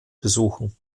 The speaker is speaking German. besuchen